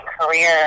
career